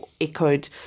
echoed